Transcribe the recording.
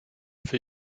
für